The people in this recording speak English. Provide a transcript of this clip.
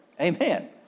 Amen